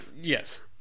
Yes